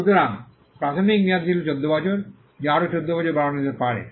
সুতরাং প্রাথমিক মেয়াদটি ছিল 14 বছর যা আরও 14 বছর বাড়ানো যেতে পারে